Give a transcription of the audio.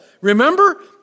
Remember